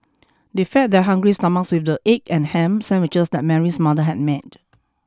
they fed their hungry stomachs with the egg and ham sandwiches that Mary's mother had made